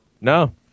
no